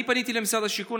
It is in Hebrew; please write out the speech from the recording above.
אני פניתי למשרד השיכון,